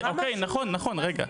נכון, את צודקת.